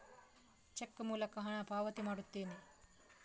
check ಮೂಲಕ ಹಣ ಪಾವತಿ ಮಾಡುತ್ತೇನೆ